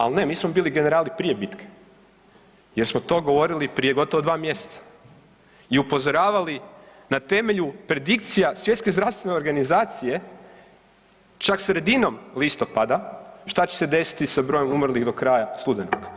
Al ne, mi smo bili generali bitke jer smo to govorili prije gotovo dva mjeseca i upozoravali na temelju predikcija Svjetske zdravstvene organizacije čak sredinom listopada šta će se desiti sa brojem umrlih do kraja studenog.